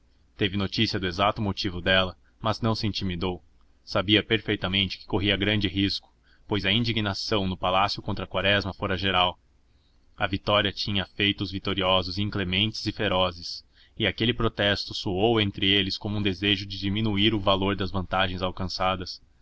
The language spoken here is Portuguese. teve notícia do exato motivo dela mas não se intimidou sabia perfeitamente que corria grande risco pois a indignação no palácio contra quaresma fora geral a vitória tinha feito os vitoriosos inclementes e ferozes e aquele protesto soou entre eles como um desejo de diminuir o valor das vantagens alcançadas